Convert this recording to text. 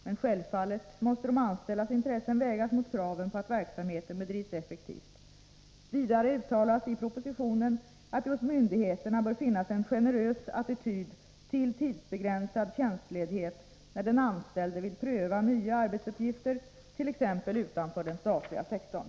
Men självfallet måste den anställdes intressen vägas mot kraven på att verksamheten bedrivs effektivt. Vidare uttalas i propositionen att det hos myndigheterna bör finnas en generös attityd till tidsbegränsad tjänstledighet, när den anställde vill pröva nya arbetsuppgifter, t.ex. utanför den statliga sektorn.